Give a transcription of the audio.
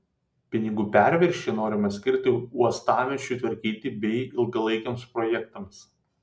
pinigų perviršį norima skirti uostamiesčiui tvarkyti bei ilgalaikiams projektams